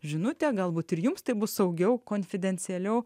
žinutę galbūt ir jums taip bus saugiau konfidencialiau